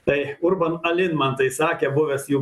tai urban alin man tai sakė buvęs jau